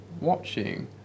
watching